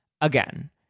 again